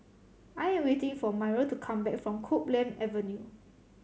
I am waiting for Myrl to come back from Copeland Avenue